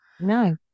No